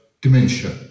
dementia